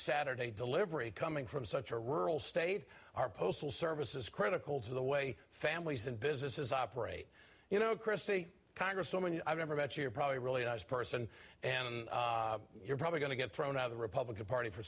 saturday delivery coming from such a rural state our postal service is critical to the way families and businesses operate you know christie congresswoman i've never met you're probably really a nice person and you're probably going to get thrown out of the republican party for